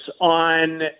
on